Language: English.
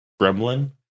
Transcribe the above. gremlin